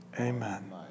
Amen